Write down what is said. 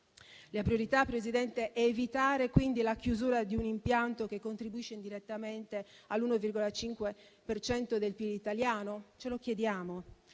La priorità, Presidente, è evitare quindi la chiusura di un impianto che contribuisce indirettamente all'1,5 per cento del PIL italiano? Ce lo chiediamo.